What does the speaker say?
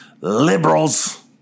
liberals